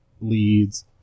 leads